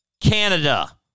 Canada